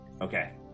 okay